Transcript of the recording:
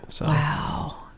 Wow